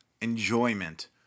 enjoyment